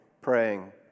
praying